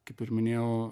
kaip ir minėjau